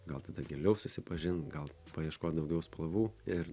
gal tada giliau susipažint gal paieškot daugiau spalvų ir